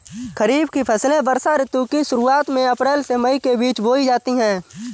खरीफ की फसलें वर्षा ऋतु की शुरुआत में अप्रैल से मई के बीच बोई जाती हैं